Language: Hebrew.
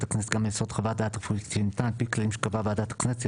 הכנסת גם על יסוד חוות דעת רפואית שניתנה על פי כללים שקבעה ועדת הכנסת'